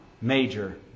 major